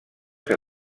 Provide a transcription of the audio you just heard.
que